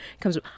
Comes